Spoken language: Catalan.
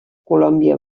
colòmbia